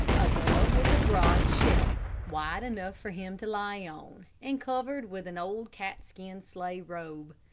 above was a broad shelf, wide enough for him to lie on, and covered with an old catskin sleigh robe.